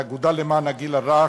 מהאגודה למען הגיל הרך,